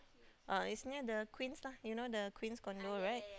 uh it's near the Queens lah you know the Queens-Condo right